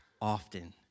often